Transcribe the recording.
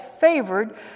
favored